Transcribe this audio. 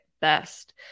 best